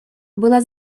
была